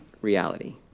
reality